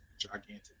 gigantic